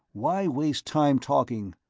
why waste time talking?